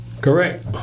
Correct